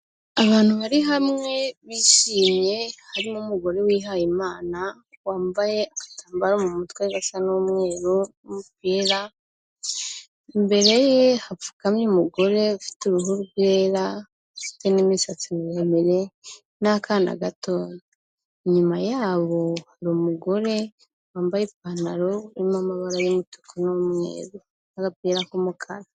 Abantu bari hamwe bishimye, harimo umugore wihaye Imana, wambaye agatambaro mu mutwe gasa n'umweru n'umupira, imbere ye hapfukamye umugore ufite uruhu rwera, ufite n'imisatsi miremire n'akana gato, inyuma yabo hari umugore wambaye ipantaro irimo amabara y'umutuku n'umweru n'agapira k'umukara.